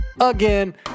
again